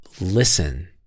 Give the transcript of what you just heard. listen